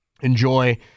enjoy